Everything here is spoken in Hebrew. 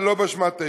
ולא באשמת היישובים.